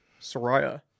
Soraya